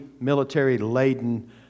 military-laden